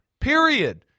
period